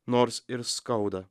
nors ir skauda